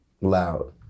loud